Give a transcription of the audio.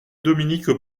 dominique